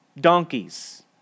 donkeys